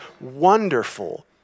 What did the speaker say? wonderful